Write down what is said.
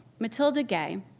matilda gay,